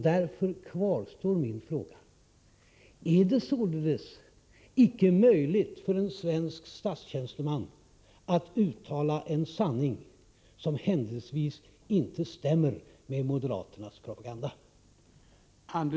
Därför kvarstår min fråga: Är det således icke möjligt för en svensk statstjänsteman att uttala en sanning som händelsevis inte stämmer med moderaternas propaganda?